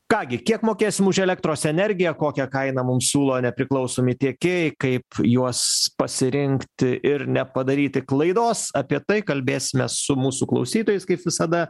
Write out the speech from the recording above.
ką gi kiek mokėsim už elektros energiją kokią kainą mums siūlo nepriklausomi tiekėjai kaip juos pasirinkti ir nepadaryti klaidos apie tai kalbėsimės su mūsų klausytojais kaip visada